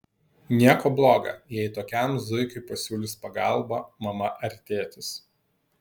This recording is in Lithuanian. nieko bloga jei tokiam zuikiui pasiūlys pagalbą mama ar tėtis